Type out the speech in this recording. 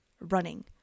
running